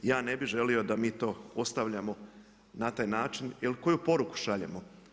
Ja ne bi želio da mi to ostavljamo na taj način jer koju poruku šaljemo?